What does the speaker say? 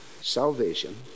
Salvation